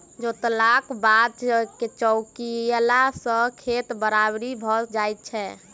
जोतलाक बाद चौकियेला सॅ खेत बराबरि भ जाइत छै